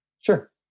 Sure